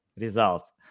results